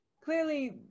clearly